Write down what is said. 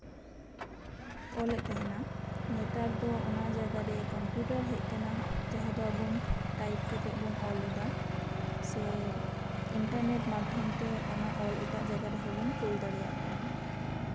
ᱚᱞᱮᱫ ᱛᱟᱦᱮᱸᱱᱟ ᱱᱮᱛᱟᱨ ᱫᱚ ᱚᱱᱟ ᱡᱟᱭᱜᱟ ᱨᱮ ᱠᱚᱢᱯᱭᱩᱴᱟᱨ ᱦᱮᱡ ᱠᱟᱱᱟ ᱡᱟᱦᱟᱸ ᱫᱚ ᱟᱵᱚ ᱴᱟᱭᱤᱯ ᱠᱟᱛᱮ ᱵᱚᱱ ᱚᱞᱮᱫᱟ ᱥᱮ ᱤᱱᱪᱟᱨᱱᱮᱴ ᱢᱟᱫᱽᱫᱷᱚᱢ ᱛᱮ ᱚᱱᱟ ᱚᱞ ᱮᱴᱟᱜ ᱡᱟᱭᱜᱟ ᱨᱮᱦᱚᱸ ᱵᱚᱱ ᱠᱳᱞ ᱫᱟᱲᱮᱭᱟᱜ ᱠᱟᱱᱟ